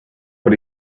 but